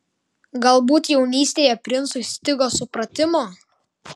galbūt jaunystėje princui stigo supratimo